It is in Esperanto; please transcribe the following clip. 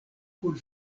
kun